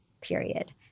period